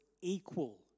equal